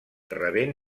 rebent